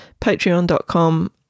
patreon.com